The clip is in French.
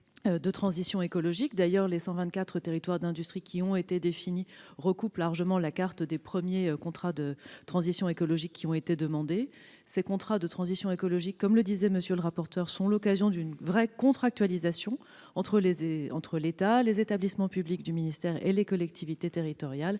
la transition écologique. Les 124 territoires d'industrie qui ont été définis recoupent d'ailleurs largement la carte des premiers contrats de transition écologique qui ont été demandés. Ces derniers, comme l'indiquait M. le rapporteur, sont l'occasion d'une véritable contractualisation entre l'État, les établissements publics du ministère et les collectivités territoriales.